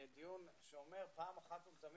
בדיון שאומר פעם אחת ולתמיד.